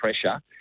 pressure